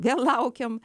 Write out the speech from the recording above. vėl laukiam